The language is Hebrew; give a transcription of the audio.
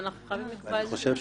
אנחנו חייבים לקבוע איזשהו תנאי.